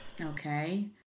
Okay